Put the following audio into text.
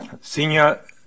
senior